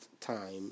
time